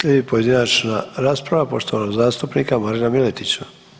Slijedi pojedinačna rasprava poštovanog zastupnika Marina Miletića.